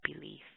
belief